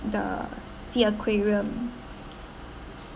the sea aquarium